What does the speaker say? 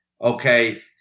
okay